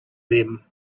them